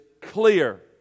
clear